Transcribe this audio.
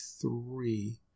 three